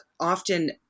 often